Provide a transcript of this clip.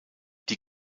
die